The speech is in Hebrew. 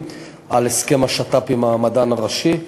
על הסכם שיתוף הפעולה עם המדען הראשי,